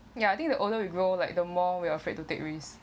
ya I think the older we grow like the more we are afraid to take risk